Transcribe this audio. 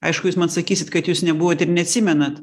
aišku jūs man sakysit kad jūs nebuvot ir neatsimenat